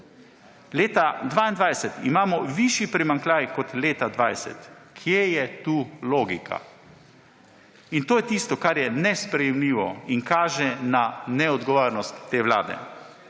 Leta 2022 imamo višji primanjkljaj kot leta 2020. Kje je tu logika? In to je tisto, kar je nesprejemljivo in kaže na neodgovornost te vlade.